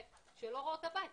שלא רואות את הבית.